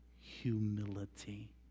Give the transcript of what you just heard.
humility